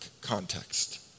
context